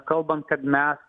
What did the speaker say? kalbant kad mes